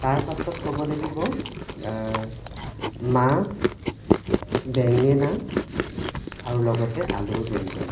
তাৰপাছত ক'ব লাগিব মাছ বেঙেনা আৰু লগতে আলুৰ ব্যঞ্জন